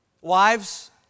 Wives